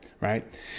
right